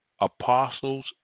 apostles